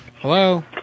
Hello